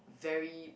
very